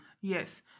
Yes